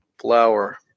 flower